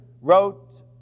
wrote